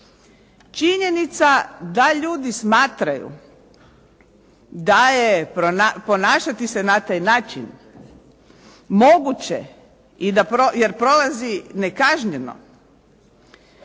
Činjenica da ljudi smatraju da je ponašati se na taj način moguće jer prolazi nekažnjeno